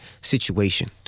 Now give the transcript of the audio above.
situation